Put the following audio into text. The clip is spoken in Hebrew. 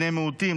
בני מיעוטים,